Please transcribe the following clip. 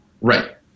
Right